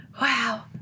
Wow